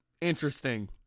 interesting